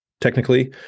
technically